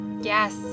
Yes